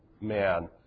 man